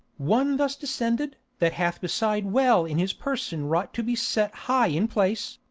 one thus descended, that hath beside well in his person wrought to be set high in place,